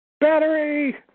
Battery